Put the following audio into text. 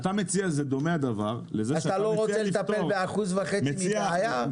דומה הדבר לזה שאתה רוצה לפתור --- אתה לא רוצה לטפל ב-1.5% מבעיה?